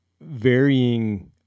varying